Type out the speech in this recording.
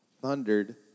thundered